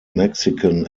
mexican